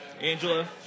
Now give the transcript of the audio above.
Angela